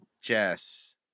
Jess